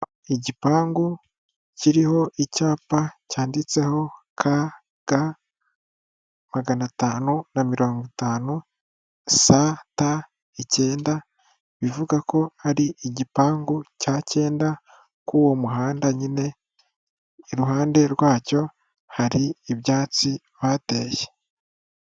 Igipangu kiriho icyapa cyanditseho KG550 ST 9 bivuga ko ari igipangu cya cyenda kuri uwo muhanda nyine, iruhande rwacyo hari ibyatsi bateye.